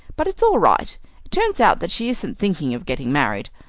but it's all right. it turns out that she isn't thinking of getting married.